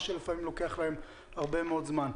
מה שלפעמים לוקח להם הרבה מאוד זמן.